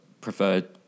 preferred